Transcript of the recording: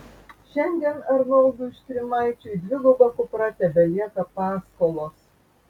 šiandien arnoldui štrimaičiui dviguba kupra tebelieka paskolos